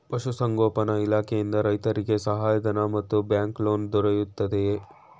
ಪಶು ಸಂಗೋಪನಾ ಇಲಾಖೆಯಿಂದ ರೈತರಿಗೆ ಸಹಾಯ ಧನ ಮತ್ತು ಬ್ಯಾಂಕ್ ಲೋನ್ ದೊರೆಯುತ್ತಿದೆಯೇ?